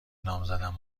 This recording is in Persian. نامزدم